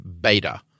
beta